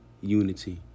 unity